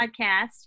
podcast